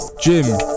Jim